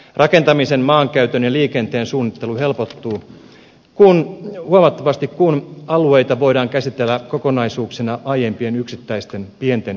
rakentamisen maankäytön ja liikenteen suunnittelu helpottuu huomattavasti kun alueita voidaan käsitellä kokonaisuuksina aiempien yksittäisten pienten kuntayksiköiden sijaan